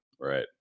Right